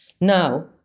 Now